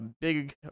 big